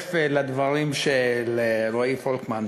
מצטרף לדברים של רועי פולקמן,